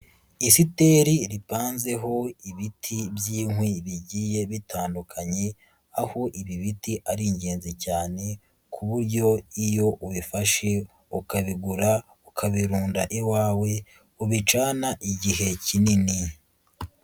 Isiteri ripanzeho ibiti by'inkwi bigiye bitandukanye, aho ibi biti ari ingenzi cyane ku buryo iyo ubifashe ukabigura ukabirunda iwawe ubicana igihe kinini.